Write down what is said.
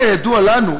כידוע לנו,